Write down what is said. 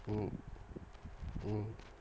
mm mm